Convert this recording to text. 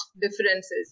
differences